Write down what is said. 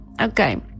okay